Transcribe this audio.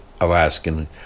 Alaskan